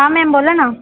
हां मॅम बोला ना